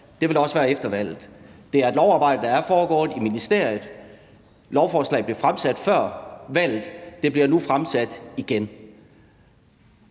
det vil der også være efter valget. Det er et lovarbejde, der er foregået i ministeriet, lovforslaget blev fremsat før valget, og det bliver nu fremsat igen.